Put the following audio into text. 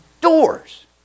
doors